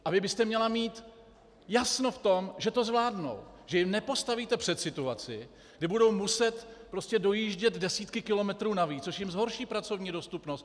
A vy byste měla mít jasno v tom, že to zvládnou, že je nepostavíte před situaci, kdy budou muset dojíždět desítky kilometrů navíc, což jim zhorší pracovní dostupnost.